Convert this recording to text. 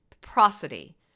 prosody